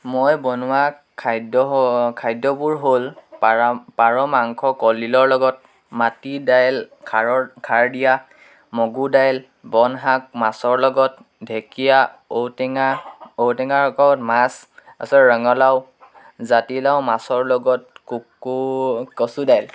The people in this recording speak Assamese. মই বনোৱা খাদ্য হ' খাদ্যবোৰ হ'ল পাৰ পাৰ মাংস কলডিলৰ লগত মাতি দাইল খাৰৰ খাৰ দিয়া মগু দাইল বন শাক মাছৰ লগত ঢেকীয়া ঔটেঙা ঔটেঙা লগত মাছ তাৰপিছত ৰঙালাও জাতিলাও মাছৰ লগত ক কচু ডাইল